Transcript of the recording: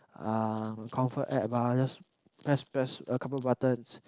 uh comfort app ah just press press a couple of buttons